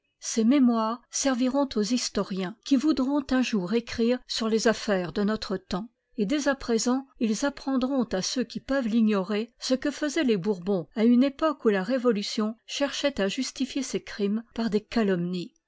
ces mémoires sei'viront aux historiens qui voudront un jour écrire siu les affaires de notre temps et dès à présent ils apprendront à ceux qui peuvent l'ignorer ce que faisoient tes bourbons à une époque où la révolution cherchoit à justifier ses crimes par des calomnies